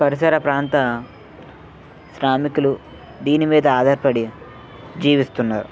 పరిసర ప్రాంత శ్రామికులు దీని మీద ఆధారపడి జీవిస్తున్నారు